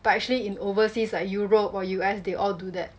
but actually in overseas like europe or U_S they all do that